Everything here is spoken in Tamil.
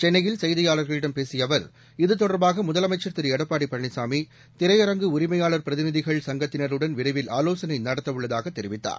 சென்னையில் செய்தியாளர்களிடம் பேசிய அவர் இத்தொடர்பாக முதலமைச்சர் திரு எடப்பாடி பழனிசாமி திரையரங்கு உரிமையாளர் பிரதிநிதிகள் சங்கத்தினருடன் விரைவில் ஆலோசனை நடத்த உள்ளதாக தெரிவித்தார்